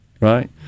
Right